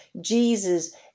Jesus